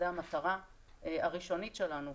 זו המטרה הראשונית שלנו,